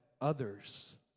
others